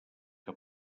que